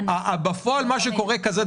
בפועל קורה דבר כזה: